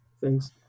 Thanks